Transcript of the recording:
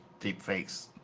deepfakes